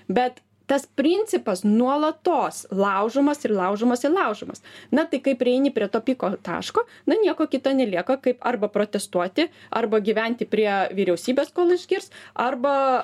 bet tas principas nuolatos laužomas ir laužomas ir laužomas na tai kai prieini prie to piko taško na nieko kita nelieka kaip arba protestuoti arba gyventi prie vyriausybės kol išgirs arba